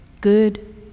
good